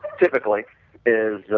typically is